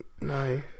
No